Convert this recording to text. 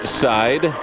side